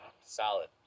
Solid